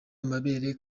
amabere